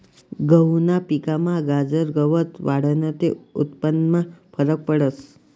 गहूना पिकमा गाजर गवत वाढनं ते उत्पन्नमा फरक पडस